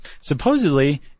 Supposedly